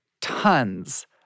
Tons